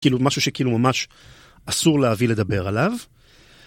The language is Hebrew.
כאילו, משהו שכאילו ממש אסור להביא לדבר עליו.